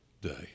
day